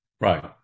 Right